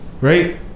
Right